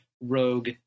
rogue